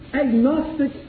agnostic